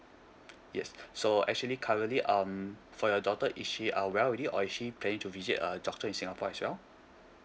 yes so actually currently um for your daughter is she ah well already or is she planning to visit a doctor in singapore as well